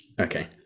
Okay